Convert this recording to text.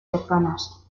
cercanas